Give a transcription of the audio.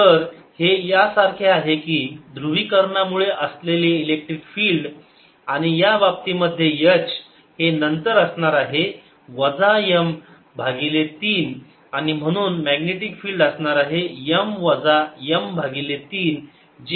तर हे यासारखे आहे की ध्रुवीकरणामुळे असलेले इलेक्ट्रिक फिल्ड आणि या बाबतीमध्ये H हे नंतर असणार आहे वजा M भागिले 3 आणि म्हणून मॅग्नेटिक फिल्ड असणार आहे M वजा M भागिले 3 जे आहे 2 M भागिले 3